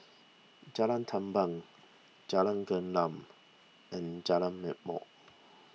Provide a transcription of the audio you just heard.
Jalan Tamban Jalan Gelam and Jalan Ma'mor